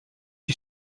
die